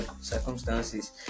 circumstances